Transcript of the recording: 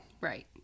Right